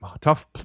tough